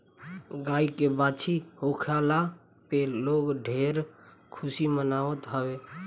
गाई के बाछी होखला पे लोग ढेर खुशी मनावत हवे